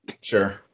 Sure